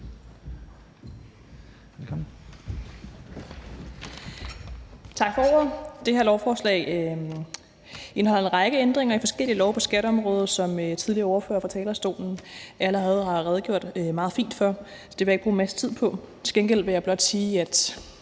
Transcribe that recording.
Tak for ordet. Det her lovforslag indeholder en række ændringer af forskellige love på skatteområdet, som tidligere ordførere på talerstolen allerede har redegjort meget fint for, så det vil jeg ikke bruge en masse tid på. Til gengæld vil jeg blot sige, at